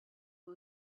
who